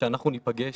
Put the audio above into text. שאנחנו ניפגש